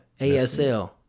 asl